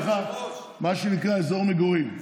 יהיה לך מה שנקרא אזור מגורים.